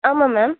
ஆமாம் மேம்